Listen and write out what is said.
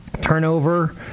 Turnover